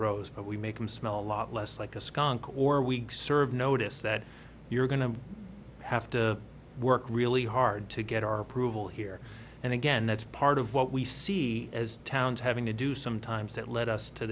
rose but we make them smell a lot less like a skunk or we serve notice that you're going to have to work really hard to get our approval here and again that's part of what we see as towns having to do sometimes that led us to